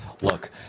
Look